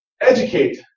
educate